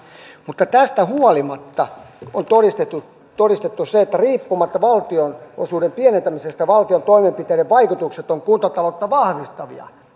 mutta tästä huolimatta on todistettu todistettu se että riippumatta valtionosuuden pienentämisestä valtion toimenpiteiden vaikutukset ovat kuntataloutta vahvistavia